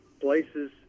places